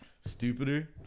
stupider